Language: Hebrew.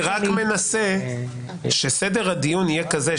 אני רק מנסה שסדר הדיון יהיה כזה,